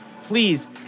Please